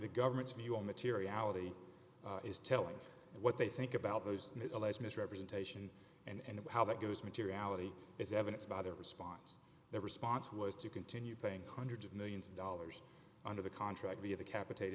the government's view on materiality is telling what they think about those alleged misrepresentation and how that goes materiality is evidenced by their response their response was to continue paying hundreds of millions of dollars under the contract via the cap